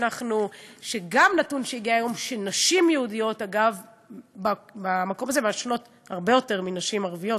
זה גם נתון שהגיע היום: נשים יהודיות מעשנות הרבה יותר מנשים ערביות.